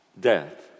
death